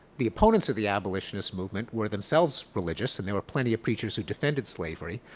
the opponents of the abolitionist movements were themselves religious and there were plenty of preachers who defended slavery.